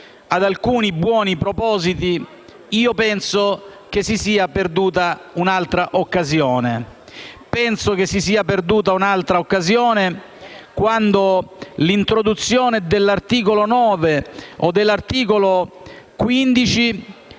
alcuni buoni propositi, penso si sia perduta un'altra occasione. Penso che si sia perduta un'altra occasione quando l'introduzione dell'articolo 9 e dell'articolo 15